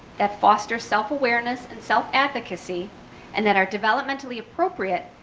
that foster self-awareness and self-advocacy and that are developmentally appropriate,